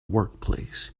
workplace